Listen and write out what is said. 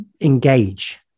engage